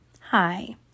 Hi